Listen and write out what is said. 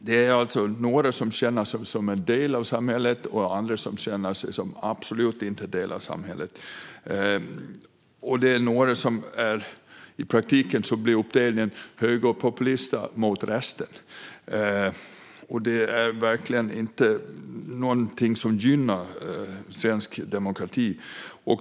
Det är några som känner att de är en del av samhället och andra som känner det som att de absolut inte är en del av samhället. I praktiken blir det en uppdelning i högerpopulister mot resten. Det är verkligen inte någonting som gynnar svensk demokrati.